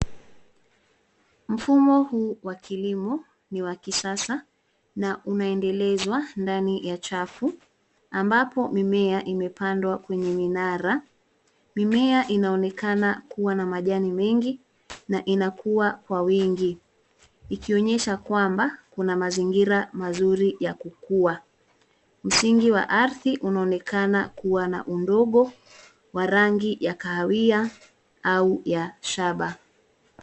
Mfumo huu wa kilimo ni wa kisasa na unaendelezwa ndani ya chafu, ambapo mimea imepandwa kwenye minara. Mimea inaonekana kuwa na majani mengi na inakuwa kwa wingi. Ikionyesha kwamba, kuna mazingira mazuri yakukuwa. Msingi wa ardhi unaonekana kuwa na udongo wa rangi ya kahawia au ya shaba.